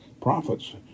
profits